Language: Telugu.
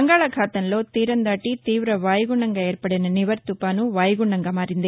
బంగాళాఖాతంలో తీరందాటి తీవ వాయుగుండంగా ఏర్పడిన నివర్ తుపాను వాయుగుండంగా ను మారింది